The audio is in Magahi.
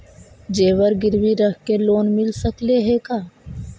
जेबर गिरबी रख के लोन मिल सकले हे का?